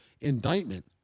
indictment